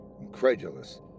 Incredulous